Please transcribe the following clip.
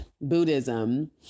Buddhism